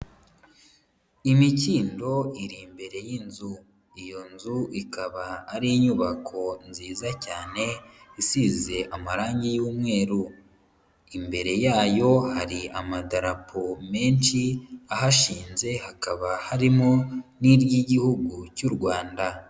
Imikindo iri imbere y'inzu, iyo nzu ikaba ari inyubako nziza cyane isize amarangi y'umweru, imbere yayo hari amadapo menshi ahashinze hakaba harimo n'iry'Igihugu cy'u Rwanda.